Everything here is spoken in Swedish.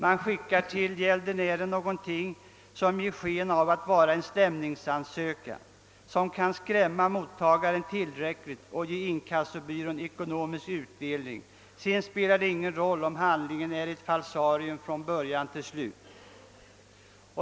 Man skickar till gäldenären någonting som ger sken av att vara en »stämningsansökan«», som kan skrämma mottagaren tillräckligt och ge inkassobyrån ekonomisk utdelning. Sedan spelar det ingen roll om handlingen är ett falsarium från början till slut.